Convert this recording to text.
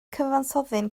cyfansoddyn